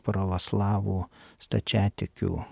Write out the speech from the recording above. pravoslavų stačiatikių